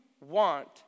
want